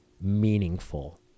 meaningful